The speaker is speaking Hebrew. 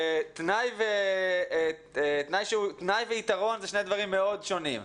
תנאי ויתרון זה שני דברים מאוד שונים.